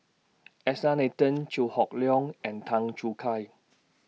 S R Nathan Chew Hock Leong and Tan Choo Kai